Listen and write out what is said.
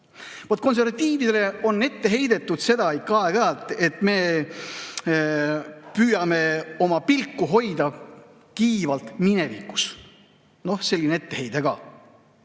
Vaat konservatiividele on ette heidetud aeg-ajalt seda, et me püüame oma pilku hoida kiivalt minevikus. Selline etteheide ka.